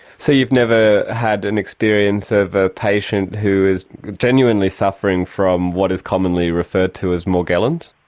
so you've never had an experience of a patient who is genuinely suffering from what is commonly referred to as morgellons?